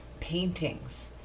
paintings